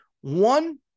One